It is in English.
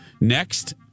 Next